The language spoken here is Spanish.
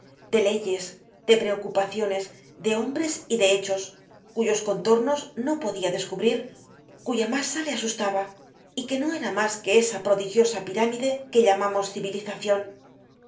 de leyes de preocupaciones de hombres y de hechos cuyos contornos no podia descubrir cuya masa le asustaba y que no era mas que esa prodigiosa pirámide que llamamos civilizacion